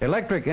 electric